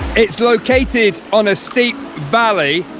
it's located on a steep valley,